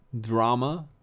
Drama